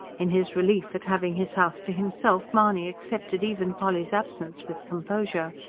in his relief at having his house to himself, mahony accepted even polly's absence with composure.